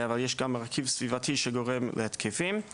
אבל יש גם מרכיב סביבתי שגורם להתקפים,